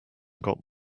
got